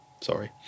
Sorry